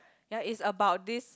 ya is about this